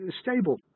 stable